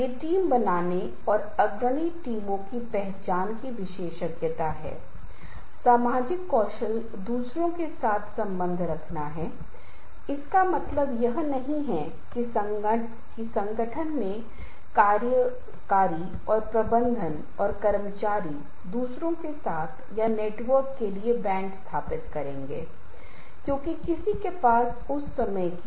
एक और प्रकार है जिसे सहयोगी शैलीकलबोरेटिवे स्टाइल collaborative styles कहते हैं जैसा कि हम जानते हैं कि ऑटोमोबाइल कंपनी और बीमा कंपनी जैसी कई कंपनियां हैं और वे एक दूसरे के साथ प्रतिस्पर्धा कर रहे हैं और बड़ी राशि खर्च कर रहे हैं आजकल कोई भी यह पा सकता है कि बहुत सारे सहयोगी अनुसंधान सहयोगी उद्यम संयुक्त उद्यम चल रहे हैं और दोनों ही कंपनियां दोनों ही जीत की स्थिति में हैं